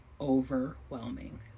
overwhelming